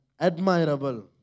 admirable